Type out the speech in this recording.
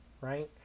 right